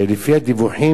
לפי הדיווחים,